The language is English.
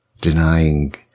denying